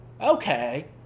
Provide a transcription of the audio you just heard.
Okay